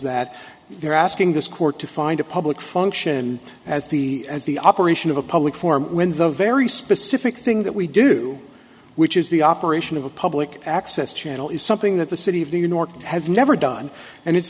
that they're asking this court to find a public function as the as the operation of a public form when the very specific thing that we do which is the operation of a public access channel is something that the city of new norcia has never done and it's